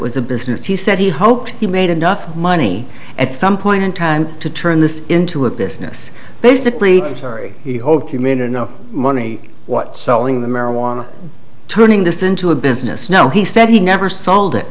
was a business he said he hoped he made enough money at some point in time to turn this into a business basically very old committed no money what selling the marijuana turning this into a business no he said he never sold it